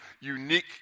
unique